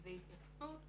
זה התייחסות